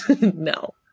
No